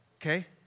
okay